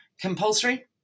compulsory